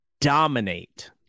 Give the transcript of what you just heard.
dominate